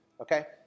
okay